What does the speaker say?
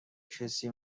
کسی